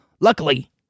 Luckily